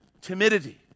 timidity